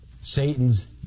Satan's